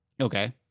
Okay